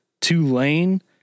Tulane